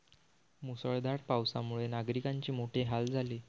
मुसळधार पावसामुळे नागरिकांचे मोठे हाल झाले